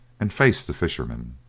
and faced the fishermen.